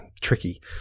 tricky